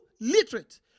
literate